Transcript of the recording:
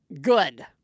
good